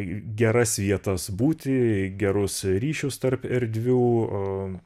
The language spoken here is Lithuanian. geras vietas būti gerus ryšius tarp erdvių